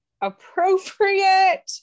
appropriate